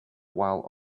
while